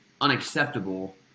unacceptable